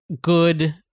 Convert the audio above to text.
good